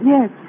Yes